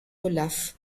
olaf